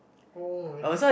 oh-my-god